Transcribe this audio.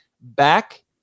back